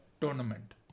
tournament